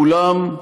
אולם,